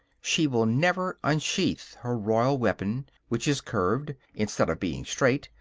she will never unsheath her royal weapon which is curved, instead of being straight,